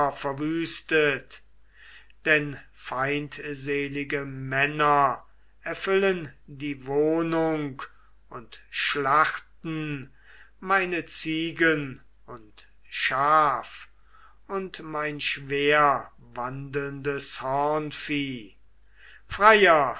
verwüstet denn feindselige männer erfüllen die wohnung und schlachten meine ziegen und schlaf und mein schwerwandelndes hornvieh freier